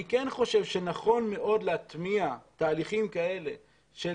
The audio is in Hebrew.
אני כן חושב שנכון מאוד להטמיע תהליכים כאלה של